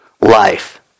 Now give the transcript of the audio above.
life